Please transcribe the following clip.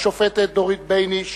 השופטת דורית בייניש,